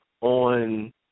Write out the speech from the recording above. on